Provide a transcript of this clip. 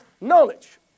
knowledge